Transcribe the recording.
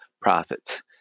profits